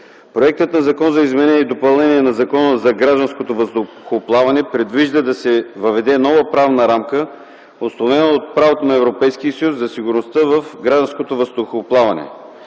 Проектът на Закон за изменение и допълнение на Закона за гражданското въздухоплаване предвижда да се въведе нова правна рамка, установена в правото на Европейския съюз, за сигурността в гражданското въздухоплаване.